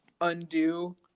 undo